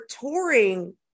touring